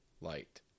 light